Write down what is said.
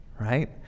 right